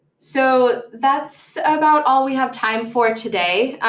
so that's about all we have time for today.